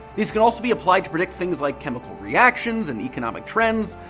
these can also be applied to predict things like chemical reactions and economic trends.